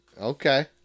Okay